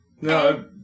No